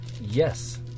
Yes